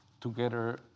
together